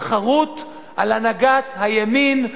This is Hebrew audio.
התחרות על הנהגת הימין,